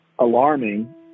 alarming